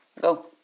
go